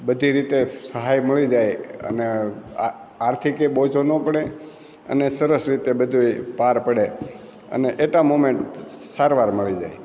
બધી રીતે સહાય મળી જાય અને આ આર્થિકે બોજો નો પડે અને સરસ રીતે બધુંય પાર પડે અને એટા મુમેન્ટ સારવાર મળી જાય